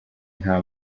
nta